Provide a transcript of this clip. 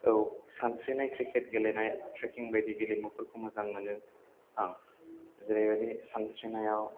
औ सानस्रिनाय क्रिकेट गेलेनाय ट्रेकिं बायदि गेलेमुफोरखौ मोजां मोनो आं जेरैबायदि सानस्रिनायाव